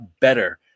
better